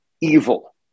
evil